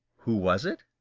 who was it?